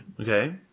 Okay